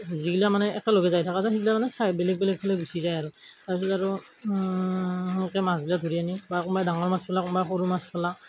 যিবিলাক মানে একেলগে যায় থকা যায় সেইবিলাক মানে চাইড বেলেগ বেলেগফালে গুচি যায় আৰু তাৰপিছত আৰু সেনেকৈ মাছবিলাক ধৰি আনি বা কোনোবাই ডাঙৰ মাছ পালাক কোনোবাই সৰু মাছ পালাক